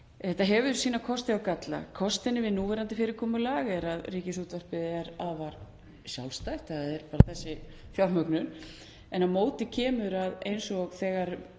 Þetta hefur sína kosti og galla. Kostirnir við núverandi fyrirkomulag er að Ríkisútvarpið er afar sjálfstætt, það er bara þessi fjármögnun. Á móti kemur að þegar